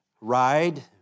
ride